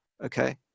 okay